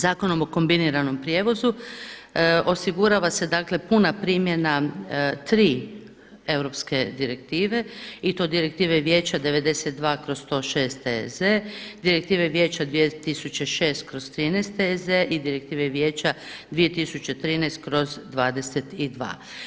Zakonom o kombiniranom prijevozu osigurava se dakle puna primjena tri europske direktive i to Direktive Vijeća 92/106/EZ, Direktive Vijeća 2006/13/EZ i Direktive Vijeća 2013/22.